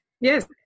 yes